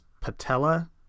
patella